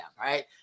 right